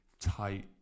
tight